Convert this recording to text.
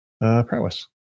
prowess